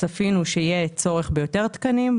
צפינו שיהיה צורך ביותר תקנים,